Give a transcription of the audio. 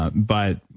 ah but